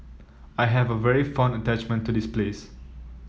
I have a very fond attachment to this place